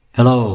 Hello